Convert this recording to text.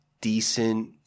decent